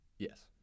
Yes